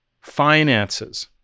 finances